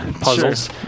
puzzles